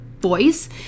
voice